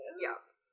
Yes